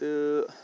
تہٕ